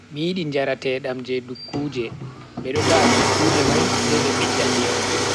Mi yidi njaratedam je dukkuje, bedo ta'a dukkuje mai sai be bidda ndiyam mai.